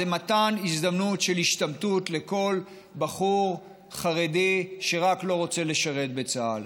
זה מתן הזדמנות להשתמטות לכל בחור חרדי שרק לא רוצה לשרת בצה"ל.